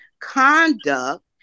conduct